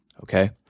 okay